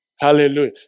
Hallelujah